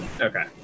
Okay